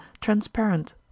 transparent